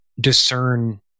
discern